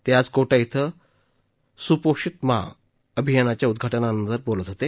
ते आज कोटा बुं सुपोषित माँ अभियानाच्या उद्घाटनानंतर बोलत होते